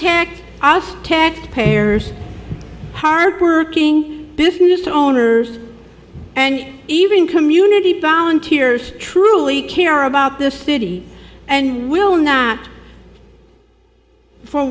off tax payers hardworking business owners and even community volunteers truly care about this city and will not for